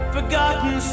Forgotten